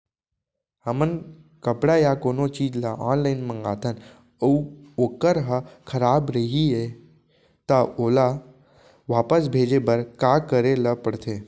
हमन कपड़ा या कोनो चीज ल ऑनलाइन मँगाथन अऊ वोकर ह खराब रहिये ता ओला वापस भेजे बर का करे ल पढ़थे?